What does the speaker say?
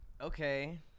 Okay